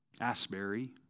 Asbury